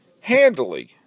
handily